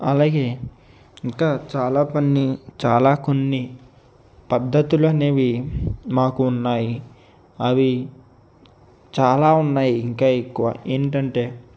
అలాగే ఇంకా చాలా పని చాలా కొన్ని పద్ధతులనేవి మాకు ఉన్నాయి అవి చాలా ఉన్నాయి ఇంకా ఎక్కువ ఏంటంటే